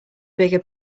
bigger